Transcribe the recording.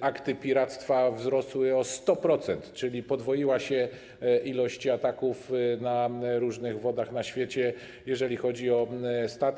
akty piractwa wzrosły o 100%, czyli podwoiła się ilość ataków na różnych wodach na świecie, jeżeli chodzi o statki.